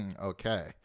Okay